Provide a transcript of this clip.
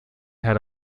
had